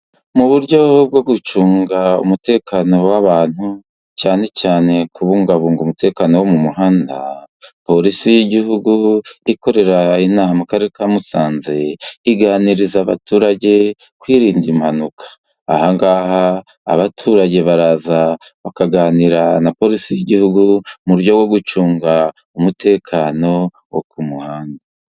Mu buryo bwo gucunga umutekano w'abantu, cyane cyane kubungabunga umutekano wo mu muhanda. Polisi y'Igihugu ikorera inaha mu Karere ka Musanze, iganiriza abaturage kwirinda impanuka. Aha ngaha abaturage baraza bakaganira na polisi y'Igihugu mu buryo bwo gucunga umutekano wo ku muhanda.